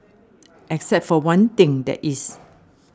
except for one thing that is